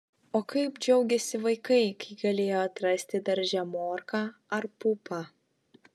o kaip džiaugėsi vaikai kai galėjo atrasti darže morką ar pupą